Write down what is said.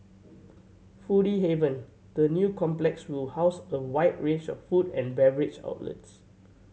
foodie haven the new complex will house a wide range of food and beverage outlets